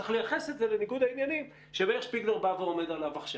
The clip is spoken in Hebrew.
צריך לייחס את זה לניגוד העניינים שמאיר שפיגלר בא ואומר עליו עכשיו,